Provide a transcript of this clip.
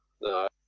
No